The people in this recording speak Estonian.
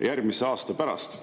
järgmise aasta pärast,